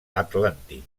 atlàntic